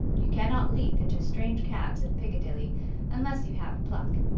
you cannot leap into strange cabs in piccadilly unless you have pluck.